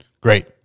great